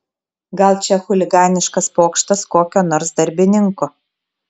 gal čia chuliganiškas pokštas kokio nors darbininko